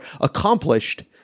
accomplished